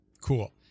cool